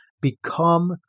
become